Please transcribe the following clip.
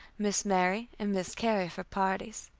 miss mary and miss carrie, for parties.